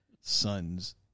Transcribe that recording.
son's